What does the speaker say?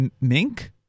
mink